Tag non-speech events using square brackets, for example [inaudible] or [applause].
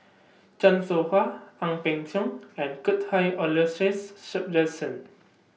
Chan Soh Ha Ang Peng Siong [noise] and Cuthbert Aloysius Shepherdson